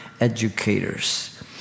educators